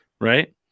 Right